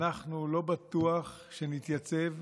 אנחנו לא בטוח שנתייצב,